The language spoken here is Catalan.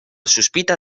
sospita